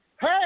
Hey